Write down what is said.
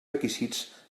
requisits